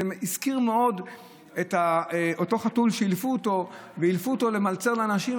זה הזכיר מאוד את אותו חתול שאילפו למלצר לאנשים,